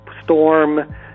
storm